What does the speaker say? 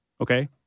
okay